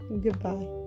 goodbye